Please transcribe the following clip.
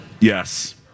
Yes